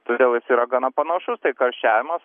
todėl jis yra gana panašus tai karščiavimas